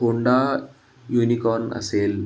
Honda Unicorn असेल